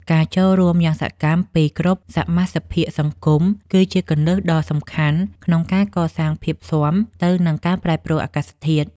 ការចូលរួមយ៉ាងសកម្មពីគ្រប់សមាសភាគសង្គមគឺជាគន្លឹះដ៏សំខាន់ក្នុងការកសាងភាពស៊ាំទៅនឹងការប្រែប្រួលអាកាសធាតុ។